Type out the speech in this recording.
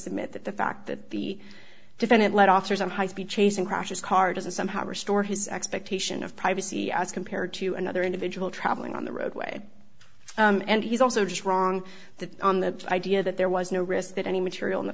submit that the fact that the defendant led officers on high speed chasing crashes car doesn't somehow restore his expectation of privacy as compared to another individual travelling on the roadway and he's also just wrong that on the idea that there was no risk that any material